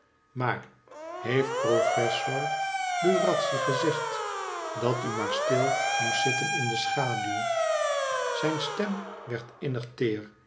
maar heeft professor lurazzi gezegd dat u maar stil moest zitten in schaduw zijn stem werd